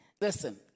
listen